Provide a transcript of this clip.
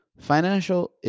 financial